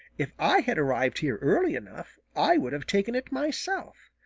if i had arrived here early enough i would have taken it myself.